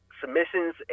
submissions